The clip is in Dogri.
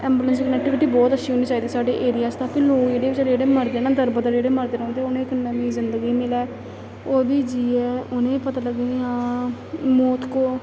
ऐंबुलेंस कनेक्टिविटी बोह्त अच्छी होनी चाहिदी साढ़े एरिया आस्तै कि लोक जेह्ड़े बेचारे जेह्ड़े न दरबदर जेह्ड़ मरदे रौंंह्दे उ'नेंगी इक नीं जंदगी मिलै ओह् बी जियै उ'नेंगी पता लग्गै कि हां मौत को